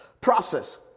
process